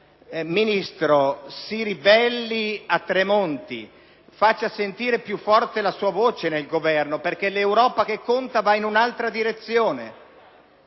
Ministro, si ribelli a Tremonti: faccia sentire piu forte la sua voce nel Governo, perche´ l’Europa che conta va in un’altra direzione!